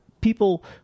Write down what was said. people